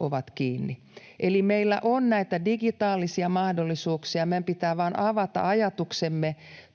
ovat kiinni. Eli meillä on näitä digitaalisia mahdollisuuksia. Meidän pitää vaan avata ajatuksemme